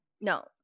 No